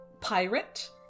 pirate